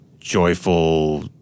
joyful